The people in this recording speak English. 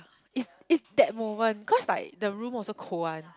it's it's that moment cause like the room also cold one